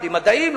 לומדים מדעים,